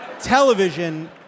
Television